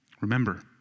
Remember